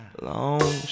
long